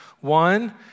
One